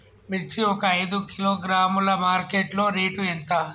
మిర్చి ఒక ఐదు కిలోగ్రాముల మార్కెట్ లో రేటు ఎంత?